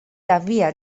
havia